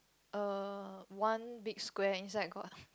err one big square inside got